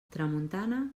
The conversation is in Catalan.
tramuntana